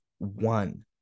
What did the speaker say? One